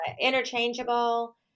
Interchangeable